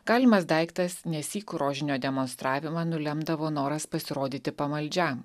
galimas daiktas nesyk rožinio demonstravimą nulemdavo noras pasirodyti pamaldžiam